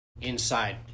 inside